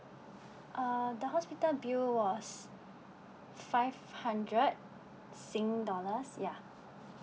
uh the hospital bill was five hundred sing dollars ya